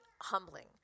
humbling